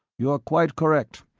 you are quite correct.